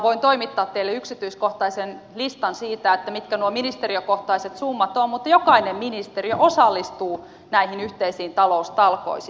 voin toimittaa teille yksityiskohtaisen listan siitä mitkä nuo ministeriökohtaiset summat ovat mutta jokainen ministeriö osallistuu näihin yhteisiin taloustalkoisiin